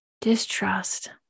distrust